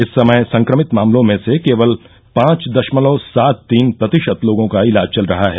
इस समय संक्रमित मामलों में से केवल पांच दशमलव सात तीन प्रतिशत लोगों का इलाज चल रहा है